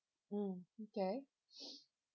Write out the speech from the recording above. mm okay